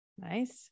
Nice